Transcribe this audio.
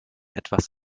etwas